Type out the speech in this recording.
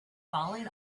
falling